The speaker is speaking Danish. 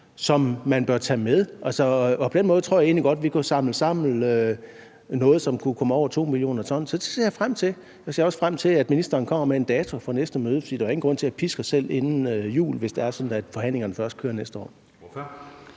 som man bør tage med. På den måde tror jeg egentlig godt at vi kunne samle noget sammen, der kunne komme op over 200 mio. t, så det ser jeg frem til. Jeg ser også frem til, at ministeren kommer med en dato for næste møde, for der er jo ingen grund til, at vi pisker os selv inden jul, hvis det er sådan, at forhandlingerne først kører næste år.